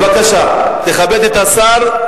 בבקשה, תכבד את השר.